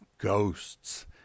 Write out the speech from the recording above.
ghosts